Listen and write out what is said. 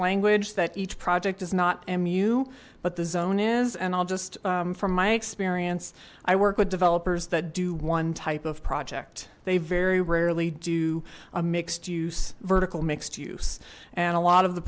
language that each project does not mu but the zone is and i'll just from my experience i work with developers that do one type of project they very rarely do a mixed use vertical mixed use and a lot of the